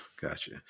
gotcha